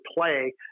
play